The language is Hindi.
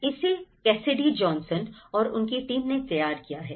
इसे कैसिडी जॉनसन और उनकी टीम ने तैयार किया है